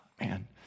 Man